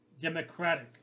democratic